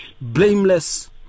blameless